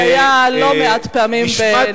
זה היה לא מעט פעמים בנאומך.